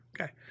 Okay